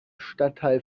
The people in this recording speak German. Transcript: stadtteil